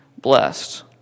blessed